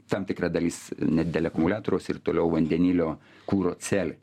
tam tikra dalis nedidelė akumuliatoriaus ir toliau vandenilio kuro celė